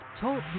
Talk